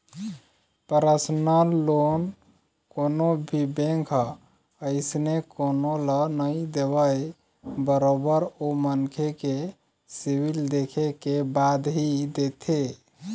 personal loan कोनो भी bank ह अइसने कोनो ल नइ देवय बरोबर ओ मनखे के सिविल देखे के बाद ही देथे